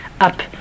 up